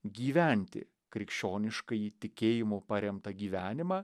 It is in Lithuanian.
gyventi krikščioniškąjį tikėjimu paremtą gyvenimą